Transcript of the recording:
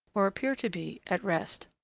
or appear to be, at rest.